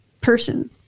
person